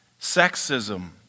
sexism